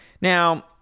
Now